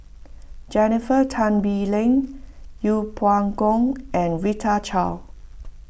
Jennifer Tan Bee Leng Yeng Pway Ngon and Rita Chao